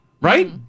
Right